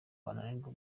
bananirwa